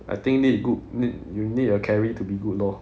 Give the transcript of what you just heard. I think need good need you need a carry to be good lor